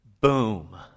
boom